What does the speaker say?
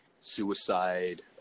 suicide